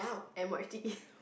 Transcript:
M_R_T